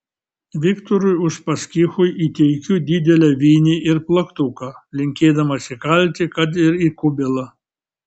viktorui uspaskichui įteikiu didelę vinį ir plaktuką linkėdamas įkalti kad ir į kubilą